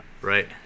Right